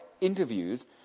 interviews